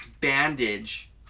bandage